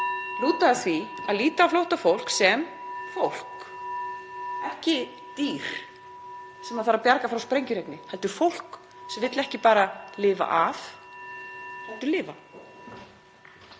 lúta að því að líta á flóttafólk sem fólk, ekki dýr sem þarf að bjarga frá sprengjuregni, heldur fólk sem vill ekki bara lifa af heldur lifa.